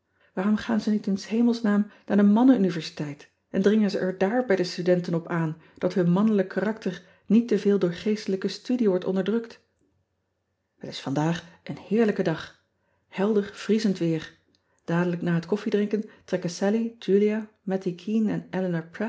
ze niet in s hemelsnaam naar de mannenuniversiteit en dringen ze er daar bij de studenten op aan dat hun mannelijk karakter niet te veel door geestelijke studie wordt onderdrukt ean ebster adertje angbeen et is vandaag een heerlijke dag holder vriezend weer adelijk na het koffiedrinken trekken allie ulia aty eene en